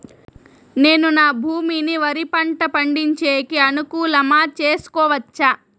నేను నా భూమిని వరి పంట పండించేకి అనుకూలమా చేసుకోవచ్చా?